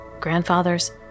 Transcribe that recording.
grandfathers